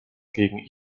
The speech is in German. gegen